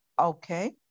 Okay